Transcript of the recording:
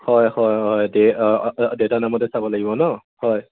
হয় হয় হয় দেউতাৰ নামতে চাব লাগিব ন হয়